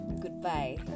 Goodbye